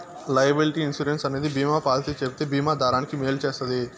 liability insurance అనేది బీమా policy చెబితే బీమా దారానికి మేలు చేస్తది